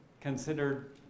considered